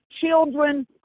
children